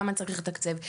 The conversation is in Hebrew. כמה צריך לתקצב,